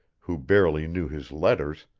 who barely knew his letters,